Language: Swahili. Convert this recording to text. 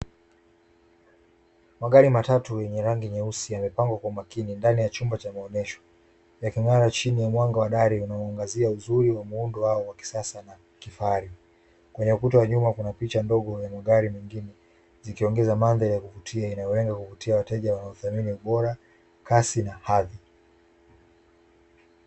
Magari matatu yenye rangi nyeusi yamepangwa kwa umakini ndani ya chumba cha maonyesho. Yaking'ara chini ya mwanga wa dari unaoangazia uzuri wa muundo wao wa kisasa na kifahari. Kwenye ukuta wa nyuma kuna picha ndogo ya magari mengine, zikiongeza mandhari ya kuvutia inayolenga kuvutia wateja wanaothamini ubora, kasi na hadhi.